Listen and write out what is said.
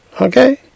Okay